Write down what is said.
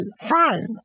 fine